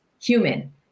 human